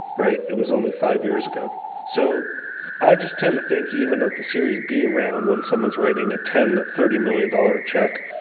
it was only five years ago so i just tend to think even at the series b round, when someone's writing a ten, a thirty million dollars check,